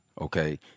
okay